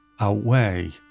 outweigh